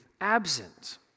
absent